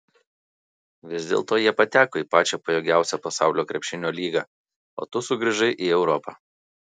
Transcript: vis dėlto jie pateko į pačią pajėgiausią pasaulio krepšinio lygą o tu sugrįžai į europą